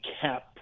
cap